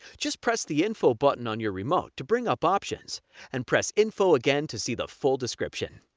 just press the info button on your remote to bring up options and press info again to see the full description.